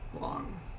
long